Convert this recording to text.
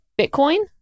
Bitcoin